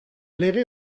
lege